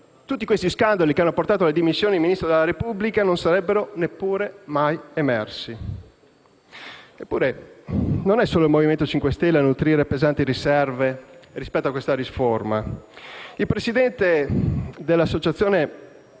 sono tutti scandali che hanno portato alle dimissioni di Ministri della Repubblica che probabilmente non sarebbero mai emersi. Eppure non è solo il Movimento 5 Stelle a nutrire pesanti riserve rispetto a questa riforma: il presidente dell'Associazione